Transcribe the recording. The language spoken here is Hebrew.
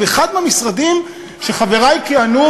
באחד מהמשרדים שחברי כיהנו,